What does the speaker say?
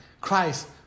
Christ